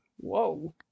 Whoa